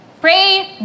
Pray